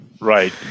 right